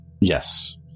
Yes